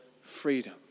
freedom